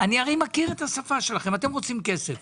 אני הרי מכיר את השפה שלכם, אתם רוצים כסף